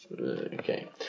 Okay